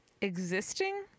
Existing